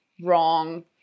wrong